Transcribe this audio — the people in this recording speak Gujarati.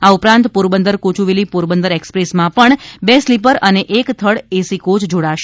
આ ઉપરાંત પોરબંદર કોચૂવેલી પોરબંદર એક્સપ્રેસમાં પણ બે સ્લીપર અને એક થર્ડ એસી કોચ જોડાશે